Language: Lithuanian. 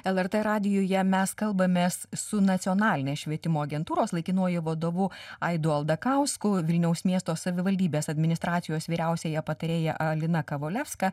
lrt radijuje mes kalbamės su nacionalinės švietimo agentūros laikinuoju vadovu aidu aldakausku vilniaus miesto savivaldybės administracijos vyriausiąja patarėja alina kavoleska